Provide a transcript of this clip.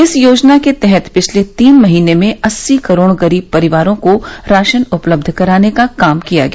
इस योजना के तहत पिछले तीन महीने में अस्सी करोड़ गरीब परिवारों को राशन उपलब्ध कराने का काम किया गया